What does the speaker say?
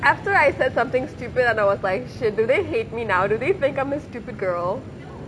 after I said something stupid and I was like shit do they hate me now do they think I'm a stupid girl